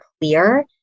clear